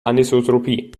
anisotropie